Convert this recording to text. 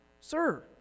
Sir